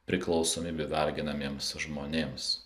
priklausomybių varginamiems žmonėms